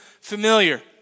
familiar